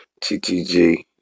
TTG